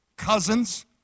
cousins